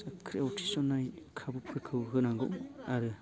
साख्रियाव थिसननाय खाबुफोरखौ होनांगौ आरो